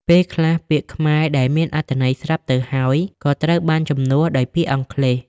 ពេលខ្លះ ពាក្យខ្មែរដែលមានអត្ថន័យស្រាប់ទៅហើយ ក៏ត្រូវបានជំនួសដោយពាក្យអង់គ្លេស។